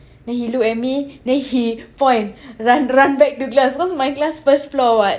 then he look at me then he point run run back to class because my class first floor [what]